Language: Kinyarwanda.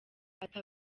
ati